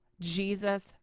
Jesus